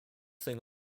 thing